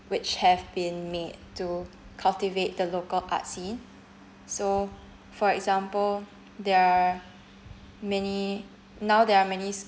which have been made to cultivate the local art scene so for example there are many now there are many